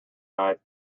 night